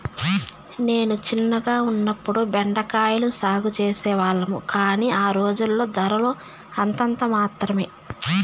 నేను చిన్నగా ఉన్నప్పుడు బెండ కాయల సాగు చేసే వాళ్లము, కానీ ఆ రోజుల్లో ధరలు అంతంత మాత్రమె